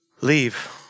Leave